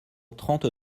trente